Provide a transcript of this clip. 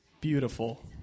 beautiful